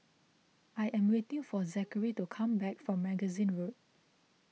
I am waiting for Zachery to come back from Magazine Road